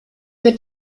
wird